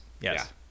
yes